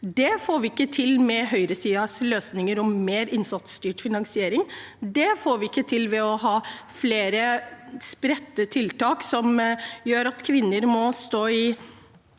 Det får vi ikke til med høyresidens løsninger og mer innsatsstyrt finansiering. Det får vi ikke til ved å ha flere spredte tiltak som gjør at kvinner må stå